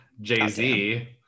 Jay-Z